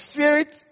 Spirit